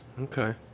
Okay